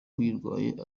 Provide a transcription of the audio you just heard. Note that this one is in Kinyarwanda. uyirwaye